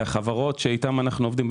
למה אלה כספים קואליציוניים?